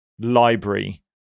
library